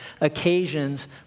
occasions